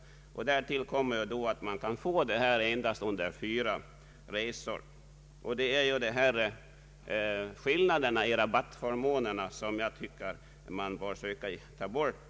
Därtill kommer att man kan få rabatt endast under fyra resor. Det är skillnaderna i rabattförmåner som jag anser man bör försöka ta bort.